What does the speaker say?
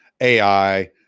AI